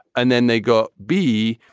and then they got be,